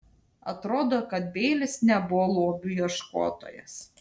atrodo kad beilis nebuvo lobių ieškotojas